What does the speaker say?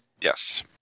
Yes